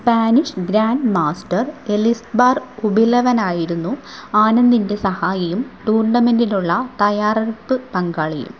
Spanish grand master Elizbar Ubilava ആയിരുന്നു ആനന്ദിൻ്റെ സഹായിയും ടൂർണമെൻ്റിനുള്ള തയ്യാറെടുപ്പ് പങ്കാളിയും